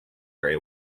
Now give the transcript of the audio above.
very